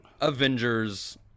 avengers